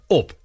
op